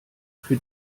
für